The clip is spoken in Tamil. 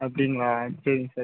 அப்படிங்களா சரிங்க சார்